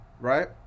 right